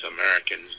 Americans